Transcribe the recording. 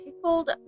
Pickled